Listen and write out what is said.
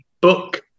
book